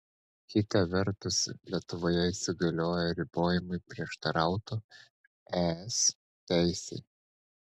kita vertus lietuvoje įsigalioję ribojimai prieštarautų es teisei